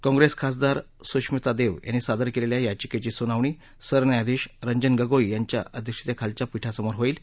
काँग्रेस खासदार सुश्मितादेव यांनी दाखल केलेल्या याचिकेची सुनावणी सरन्यायाधीश न्यायमूर्ती रंजन गोगोई यांच्या अध्यक्षतेखालील पीठासमोर होईल